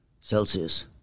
Celsius